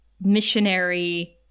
missionary